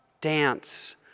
dance